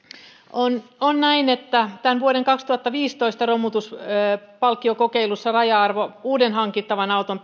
on on näin että vuoden kaksituhattaviisitoista romutuspalkkiokokeilussa uuden hankittavan auton